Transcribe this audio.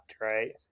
right